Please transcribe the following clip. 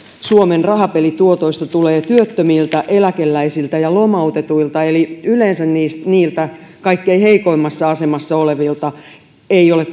suomen rahapelituotoista tulee työttömiltä eläkeläisiltä ja lomautetuilta eli yleensä niiltä kaikkein heikoimmassa asemassa olevilta niin kyseessä ei ole